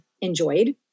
enjoyed